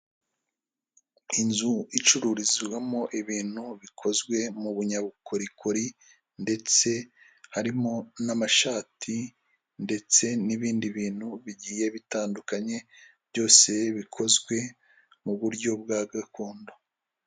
Inzu icururizwamo ibintu bikozwe mu bunyabukorikori ndetse harimo n'amashati ndetse n'ibindi bintu bigiye bitandukanye byose bikozwe mu buryo bwa gakondo.